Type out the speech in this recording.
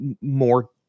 more